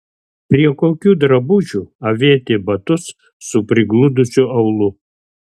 prie kokių drabužių avėti batus su prigludusiu aulu